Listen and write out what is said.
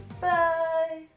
bye